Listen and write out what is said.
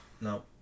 no